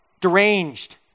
deranged